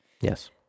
yes